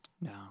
No